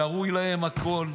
שרוי להם הכול,